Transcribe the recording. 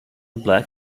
black